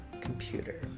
computer